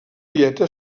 dieta